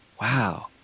wow